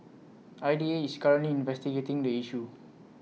I D A is currently investigating the issue